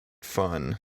fun